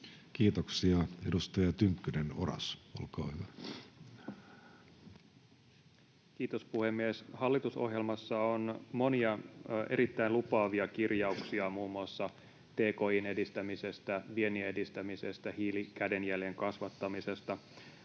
Kiitoksia. — Edustaja Tynkkynen, Oras, olkaa hyvä. Kiitos, puhemies! Hallitusohjelmassa on monia erittäin lupaavia kirjauksia muun muassa tki:n edistämisestä, viennin edistämisestä ja hiilikädenjäljen kasvattamisesta.